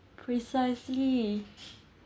precisely